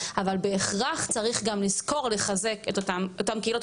אבל בהכרח צריך גם לזכור לחזק את אותן קהילות,